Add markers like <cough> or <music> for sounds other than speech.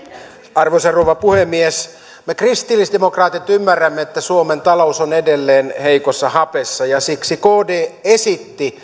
arvoisa rouva puhemies me kristillisdemokraatit ymmärrämme että suomen talous on edelleen heikossa hapessa ja siksi kd esitti <unintelligible>